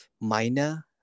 minor